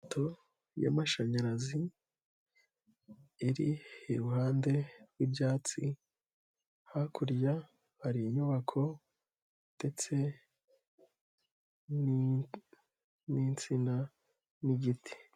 Ipoto y'amashanyarazi, iri iruhande rw'ibyatsi, hakurya hari inyubako, ndetse, n'insina n'igiti.